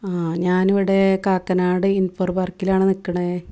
ആ ഞാൻ ഇവിടെ കാക്കനാട് ഇൻഫോ പാർക്കിലാണ് നിൽക്കുന്നത്